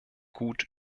gut